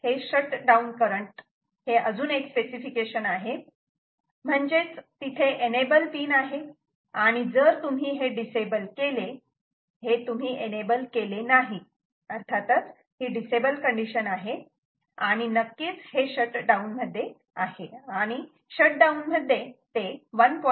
3 microamps हे shutdown current हे अजून एक स्पेसिफिकेशन आहे म्हणजेच तिथे एनेबल पिन आहे आणि जर तुम्ही हे डिसेबल केले हे तुम्ही एनेबल केले नाही अर्थातच ही डिसेबल कंडिशन आहे आणि नक्कीच हे शटडाऊन मध्ये आहे आणि शटडाऊन मध्ये ते 1